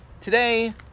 today